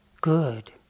good